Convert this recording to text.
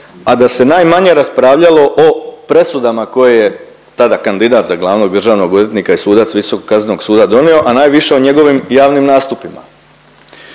a da se najmanje raspravljalo o presudama koje je tada kandidat za glavnog državnog odvjetnika i sudac Visokog kaznenog suda donio, a najviše o njegovim javnim nastupima.